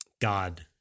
God